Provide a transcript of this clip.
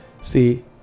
See